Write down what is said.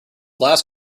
last